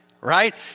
right